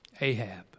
Ahab